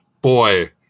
boy